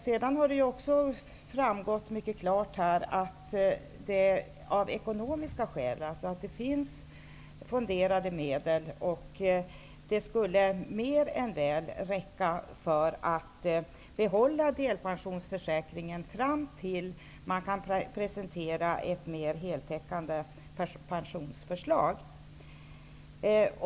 Det har också framgått mycket klart att det finns fonderade medel och att de mer än väl skulle räcka för att man skulle kunna behålla delpensionsförsäkringen fram till dess man kan presentera ett mer heltäckande pensionsförslag.